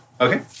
Okay